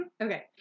Okay